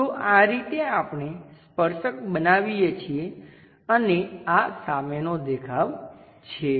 તો આ રીતે આપણે સ્પર્શક બનાવીએ છીએ અને આ સામેનો દેખાવ છે